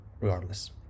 regardless